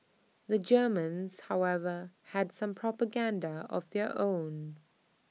the Germans however had some propaganda of their own